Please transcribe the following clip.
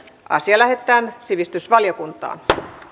asia lähetetään sivistysvaliokuntaan